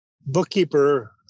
Bookkeeper